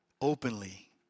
openly